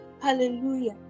hallelujah